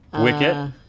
Wicket